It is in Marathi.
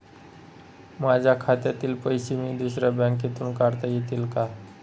माझ्या खात्यातील पैसे मी दुसऱ्या बँकेतून काढता येतील का?